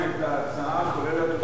אדוני היושב-ראש,